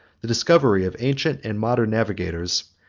the discoveries of ancient and modern navigators,